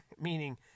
Meaning